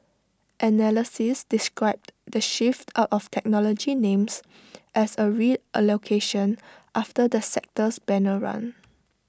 analysts described the shift out of technology names as A reallocation after the sector's banner run